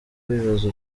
wibaza